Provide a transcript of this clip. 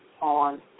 on